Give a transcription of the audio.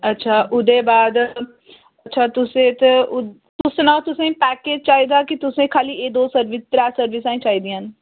अच्छा उ'दे बाद अच्छा तुसें ते तुस सनाओ तुसें पैकेज चाहिदा कि तुसें ई एह् खाल्ली दो सर्विस त्रै सर्विसां ई चाहिदियां न